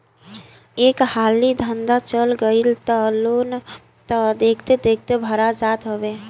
एक हाली धंधा चल गईल तअ लोन तअ देखते देखत भरा जात हवे